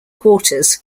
quarters